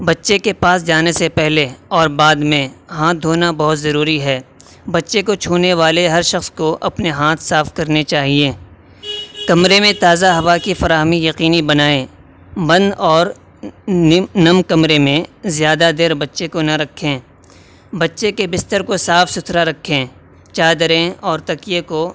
بچے کے پاس جانے سے پہلے اور بعد میں ہاتھ دھونا بہت ضروری ہے بچے کو چھونے والے ہر شخص کو اپنے ہاتھ صاف کرنے چاہیے کمرے میں تازہ ہوا کی فراہمی یقینی بنائیں بند اور نم کمرے میں زیادہ دیر بچے کو نہ رکھیں بچے کے بستر کو صاف ستھرا رکھیں چادریں اور تکیے کو